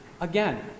again